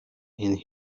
and